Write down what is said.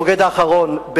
הבוגד האחרון,